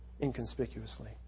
inconspicuously